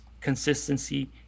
consistency